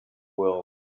world